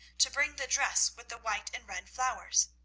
to bring the dress with the white and red flowers.